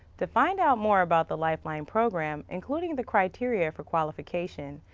to find out more about the lifeline program including the criteria for qualification,